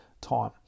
time